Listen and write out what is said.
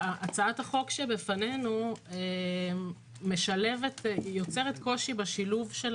הצעת החוק שבפנינו יוצרת קושי בשילוב של